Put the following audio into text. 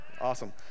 Awesome